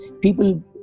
People